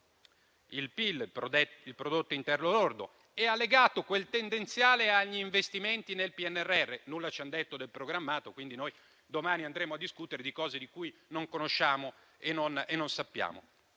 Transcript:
crescerà il prodotto interno lordo (PIL) e hanno legato quel tendenziale agli investimenti nel PNRR (non ci hanno detto nulla del programmato, quindi domani andremo a discutere di cose che non conosciamo e non sappiamo).